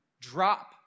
drop